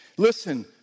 Listen